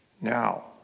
Now